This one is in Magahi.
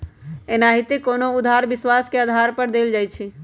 एनाहिते कोनो उधार विश्वास के आधार पर देल जाइ छइ